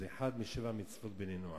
זו אחת משבע מצוות בני נח.